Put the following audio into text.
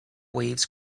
waves